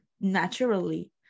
naturally